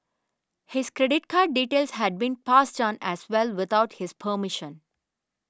his credit card details had been passed on as well without his permission